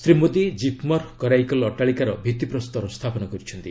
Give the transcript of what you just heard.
ଶ୍ରୀ ମୋଦି କ୍ରିପ୍ମର୍ କରାଇକଲ ଅଟ୍ଟାଳିକାର ଭିଭିପ୍ରସ୍ତର ସ୍ଥାପନ କରିଛନ୍ତି